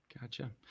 Gotcha